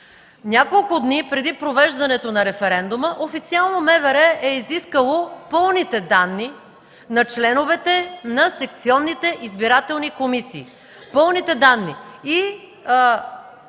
няколко дни преди провеждането на референдума официално МВР е изискало пълните данни на членовете на секционните избирателни комисии и районните